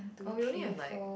oh you only have like